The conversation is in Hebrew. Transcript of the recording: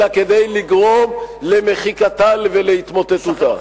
אלא כדי לגרום למחיקתה ולהתמוטטותה.